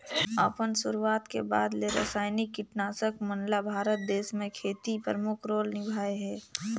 अपन शुरुआत के बाद ले रसायनिक कीटनाशक मन ल भारत देश म खेती में प्रमुख रोल निभाए हे